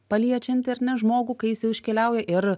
paliečianti ar ne žmogų kai jis jau iškeliauja ir